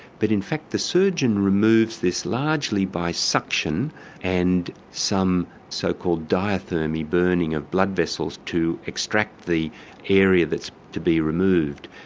but in fact the surgeon removes this largely by suction and some so-called diathermy, burning of blood vessels, to extract the area that's to be removed.